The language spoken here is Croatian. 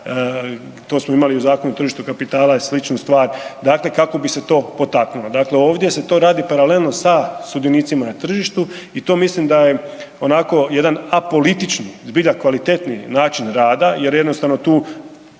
to smo imali u Zakonu o tržištu kapitala sličnu stvar, dakle kako bi se to potaknulo. Dakle, ovdje se to radi paralelno sa sudionicima na tržištu i to mislim da je onako jedan apolitični, zbilja kvalitetni način rada jer jednostavno tu